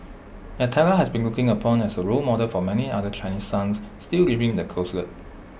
Natalia has been looked upon as A role model for many other Chinese sons still living in the closet